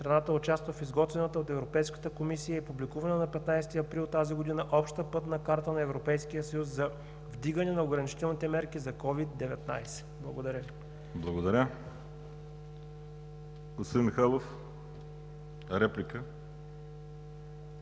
страната участва в изготвената от Европейската комисия и публикувана на 15 април тази година Обща пътна карта на Европейския съюз за вдигане на ограничителните мерки за COVID 19. Благодаря. ПРЕДСЕДАТЕЛ ВАЛЕРИ СИМЕОНОВ: Благодаря. Господин Михайлов – реплика.